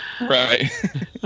right